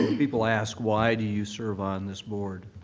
people ask why do you serve on this board,